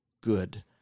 good